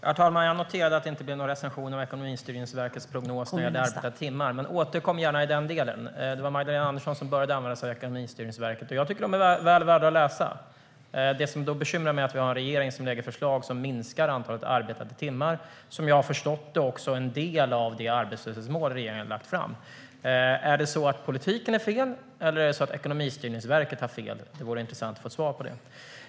Herr talman! Jag noterade att det inte blev någon recension av Ekonomistyrningsverkets prognos när det gäller arbetade timmar. Återkom gärna i den delen! Det var Magdalena Andersson som började använda sig av Ekonomistyrningsverket. Jag tycker att prognosen är väl värd att läsa. Det som då bekymrar mig är att vi har en regering som lägger fram förslag som minskar antalet arbetade timmar. Som jag har förstått det är det också en del av det arbetslöshetsmål som regeringen har lagt fram. Är det så att politiken är fel, eller är det så att Ekonomistyrningsverket har fel? Det vore intressant att få svar på det.